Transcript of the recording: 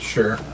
Sure